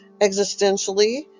existentially